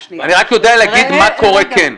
אני רק יודע להגיד מה היה קורה כן.